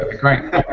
Great